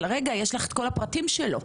אבל רגע יש לך את כל הפרטים שלו,